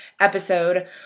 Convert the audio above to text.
episode